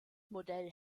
modell